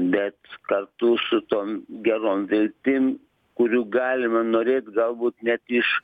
bet kartu su tom gerom viltim kurių galima norėt galbūt net iš